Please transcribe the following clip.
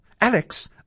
Alex